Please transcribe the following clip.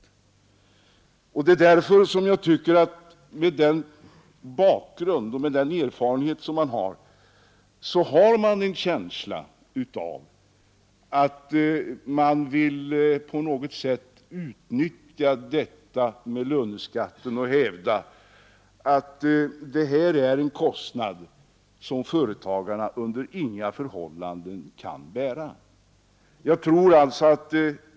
Mot bakgrund av denna erfarenhet har jag en känsla av att man vill på något sätt utnyttja detta med löneskatten och hävda att den är en kostnad som företagarna under inga förhållanden kan bära.